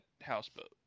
houseboat